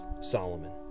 Solomon